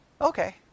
Okay